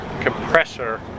compressor